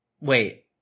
wait